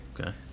Okay